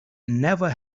never